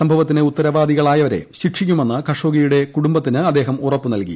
സ്ംഭവത്തിന് ഉത്തരവാദികളായവരെ ശിക്ഷിക്കുമെന്ന് ഖഷോഗിയുടെ കുടുംബത്തിന് അദ്ദേഹം ഉറപ്പുനൽകി